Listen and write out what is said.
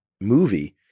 movie